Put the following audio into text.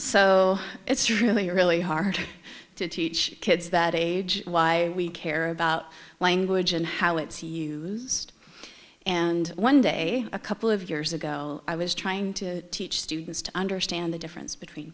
so it's really really hard to teach kids that age why we care about language and how it's used and one day a couple of years ago i was trying to teach students to understand the difference between